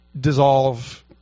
dissolve